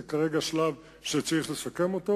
זה כרגע שלב שצריך לסכם אותו.